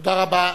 תודה רבה.